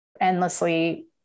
endlessly